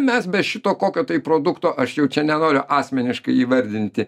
mes be šito kokio tai produkto aš jau čia nenoriu asmeniškai įvardinti